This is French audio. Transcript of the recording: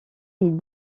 est